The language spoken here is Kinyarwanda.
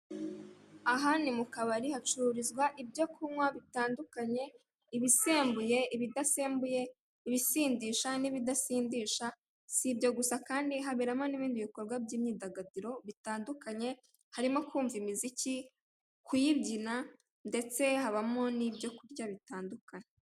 Aha ni mu kabari hacururizwa ibyo kunywa bitandukanye, ibisenguye, ibidasembuye ibisindisha n'ibidasindisha, si ibyo gusa kandi haberamo n'ibindi bikorwa by'imyidagaduro bitandukanye, harimo kumva imiziki, kuyibyina ndetse habamo n'ibyo kurya bitandukanye.